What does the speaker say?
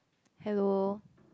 hello